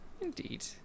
indeed